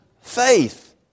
faith